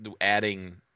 adding